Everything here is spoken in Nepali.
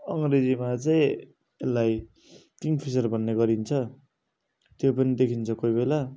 अङ्ग्रेजीमा चाहिँ यसलाई किङ्ग फिसर भन्ने गरिन्छ त्यो पनि देखिन्छ कोही बेला